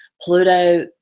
pluto